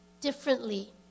differently